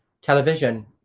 television